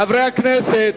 חברי הכנסת,